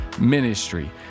ministry